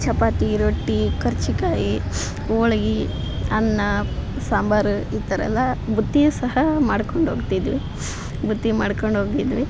ಚಪಾತಿ ರೊಟ್ಟಿ ಕರ್ಚಿಕಾಯಿ ಹೋಳಗಿ ಅನ್ನ ಸಾಂಬರು ಈ ಥರ ಎಲ್ಲಾ ಬುತ್ತಿ ಸಹ ಮಾಡ್ಕೊಂಡು ಹೋಗ್ತಿದ್ವಿ ಬುತ್ತಿ ಮಾಡ್ಕೊಂಡು ಹೋಗಿದ್ವಿ